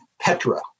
Petra